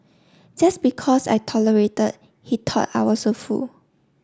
just because I tolerated he thought I was a fool